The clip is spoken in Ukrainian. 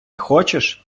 хочеш